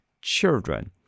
children